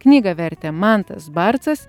knygą vertė mantas barcas